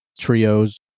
trios